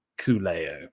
Kuleo